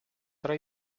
tra